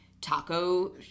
taco